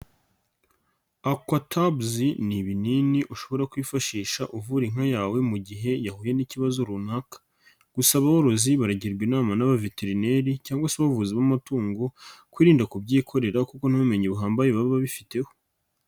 Aquatabs ni ibinini ushobora kwifashisha uvura inka yawe mu gihe yahuye n'ikibazo runaka gusa aborozi baragirwa inama n'abaveterineri cyangwa se abavuzi bw'amatungo kwirinda kubyikorera kuko nta bumenyi buhambaye baba bifiteho